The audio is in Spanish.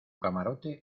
camarote